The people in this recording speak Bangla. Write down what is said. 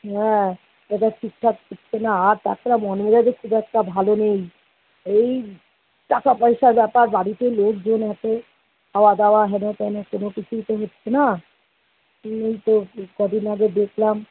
হ্যাঁ এবার ঠিকঠাক হচ্ছে না আর তাছাড়া মন মেজাজও খুব একটা ভালো নেই এই টাকা পয়সার ব্যাপার বাড়িতে লোকজন এত খাওয়া দাওয়া হেনতেন কোনো কিছুই তো হচ্ছে না এই তো এই কদিন আগে দেখলাম